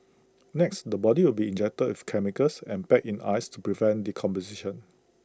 next the body will be injected with chemicals and packed in ice to prevent decomposition